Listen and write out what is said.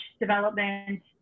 development